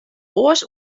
oars